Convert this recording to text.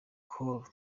col